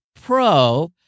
Pro